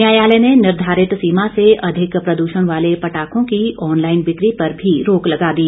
न्यायालय ने निर्धारित सीमा से अधिक प्रद्षण वाले पटाखों की ऑन लाइन बिक्री पर भी रोक लगा दी